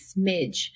smidge